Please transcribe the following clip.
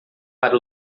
para